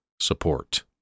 support